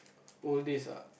old days ah